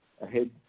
ahead